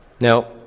Now